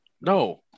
No